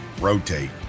rotate